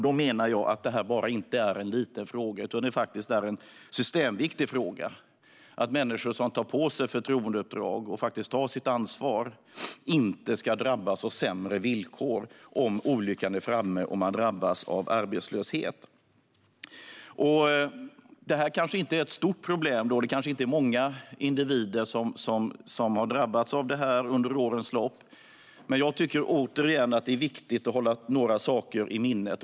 Då menar jag att detta inte är bara en liten fråga utan att det faktiskt är en systemviktig fråga - att människor som tar på sig förtroendeuppdrag och faktiskt tar sitt ansvar inte ska drabbas av sämre villkor om olyckan är framme och de drabbas av arbetslöshet. Detta kanske inte är ett stort problem, och det är kanske inte många individer som har drabbats av detta under årens lopp, men jag tycker återigen att det är viktigt att hålla några saker i minnet.